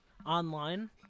Online